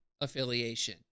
affiliation